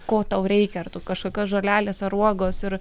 ko tau reikia ar tu kažkokios žolelės ar uogos ir